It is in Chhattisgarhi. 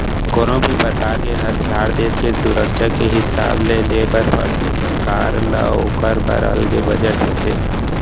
कोनो भी परकार के हथियार देस के सुरक्छा के हिसाब ले ले बर परथे सरकार ल ओखर बर अलगे बजट होथे